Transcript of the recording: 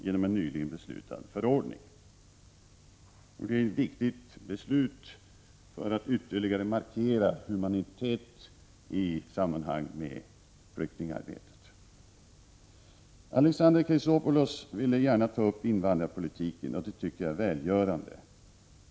Det är ett viktigt beslut som ytterligare markerar humanitet i samband med flyktingarbetet. 31 Alexander Chrisopoulos ville gärna ta upp invandrarpolitiken. Det tycker jag är välgörande.